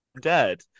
dead